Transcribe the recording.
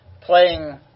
playing